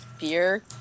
beer